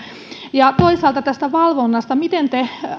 toisaalta tästä valvonnasta miten te